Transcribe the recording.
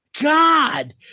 God